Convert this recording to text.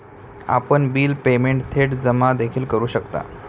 आपण bill payment थेट जमा देखील करू शकता